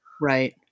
Right